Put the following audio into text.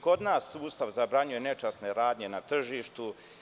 Kod nas Ustav zabranjuje nečasne radnje na tržištu.